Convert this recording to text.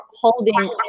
holding